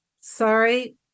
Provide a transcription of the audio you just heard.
Sorry